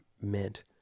meant